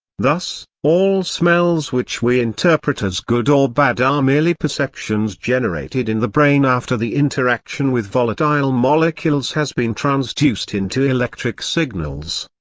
thus, all smells which we interpret as good or bad are merely perceptions generated in the brain after the interaction with volatile molecules has been transduced into electric signals.